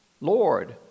Lord